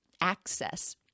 access